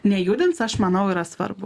nejudins aš manau yra svarbu